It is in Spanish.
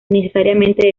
necesariamente